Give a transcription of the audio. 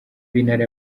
b’intara